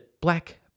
Black